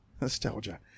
Nostalgia